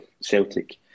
Celtic